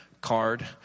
card